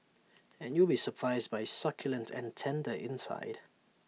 and you'll be surprised by its succulent and tender inside